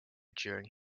during